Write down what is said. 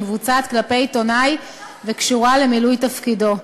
היא מבוצעת כלפי עיתונאי וקשורה למילוי תפקידו.